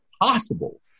possible